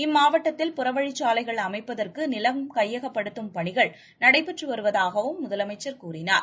இம்மாவட்டத்தில் பறவழிச்சாலைகள் அமைப்பதற்கு நிலம் கையகப்படுத்தும் பணிகள் நடைபெற்று வருவதாகவும் முதலமைச்சர் கூறினார்